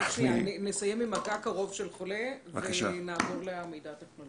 נסיים עם מגע קרוב של חולה ונעבור למידע טכנולוגי.